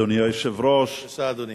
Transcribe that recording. אדוני היושב-ראש, בבקשה, אדוני.